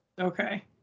Okay